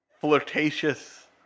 flirtatious